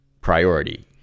priority